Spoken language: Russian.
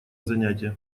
занятие